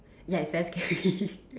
yes it's very scary